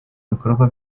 bikorwa